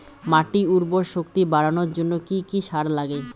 মাটির উর্বর শক্তি বাড়ানোর জন্য কি কি সার লাগে?